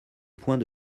point